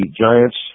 Giants